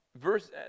Verse